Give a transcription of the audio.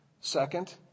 Second